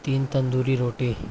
تین تندوری روٹی